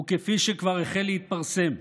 וכפי שכבר החל להתפרסם,